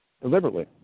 deliberately